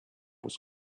was